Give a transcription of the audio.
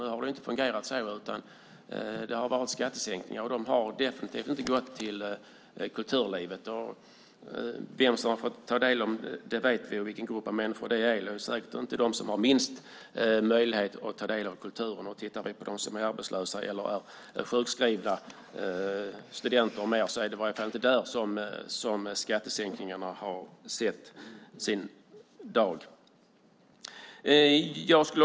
Nu har det inte fungerat så, utan det har varit skattesänkningar, och de har definitivt inte gått till kulturlivet. Vi vet vilka som har fått ta del av skattesänkningarna. Det är säkert inte de som har minst möjlighet att ta del av kulturen. Om vi tittar på dem som är arbetslösa, sjukskrivna, studenter med flera är det inte där som skattesänkningarna har sett sin dag.